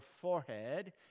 forehead